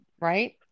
right